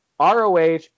ROH